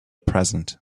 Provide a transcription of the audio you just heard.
present